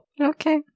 okay